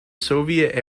soviet